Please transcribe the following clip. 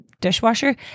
dishwasher